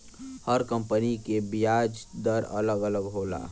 हर company के बियाज दर अलग अलग होला